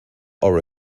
are